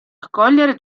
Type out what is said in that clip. accogliere